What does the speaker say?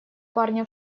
парня